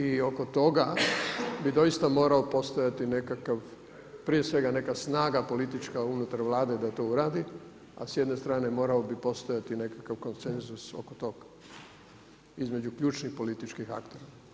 I oko toga bi doista morao postojati nekakav, prije svega neka snaga politička unutar Vlade da to uradi, a s jedne strane morao bi postojati nekakav konsenzus oko tog između ključnih političkih aktera.